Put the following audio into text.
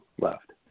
left